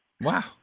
Wow